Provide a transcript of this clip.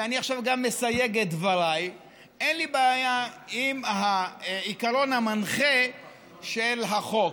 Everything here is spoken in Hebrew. ואני עכשיו גם מסייג את דבריי: אין לי בעיה עם העיקרון המנחה של החוק.